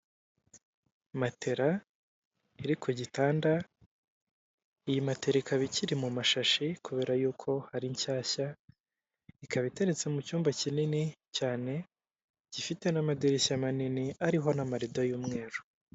Matela iri ku gitanda, iyi materi ikaba ikiri mu mashashi kubera yuko ari nshyashya, ikaba iteretse mu cyumba kinini cyane gifite n'amadirishya manini ariho na marido y'umweru.